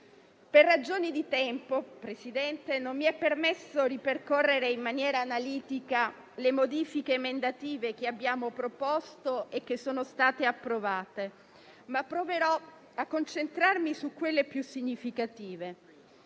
Per ragioni di tempo, signor Presidente, non mi è permesso ripercorrere in maniera analitica le modifiche emendative che abbiamo proposto e che sono state approvate, ma proverò a concentrarmi su quelle più significative.